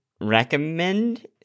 recommend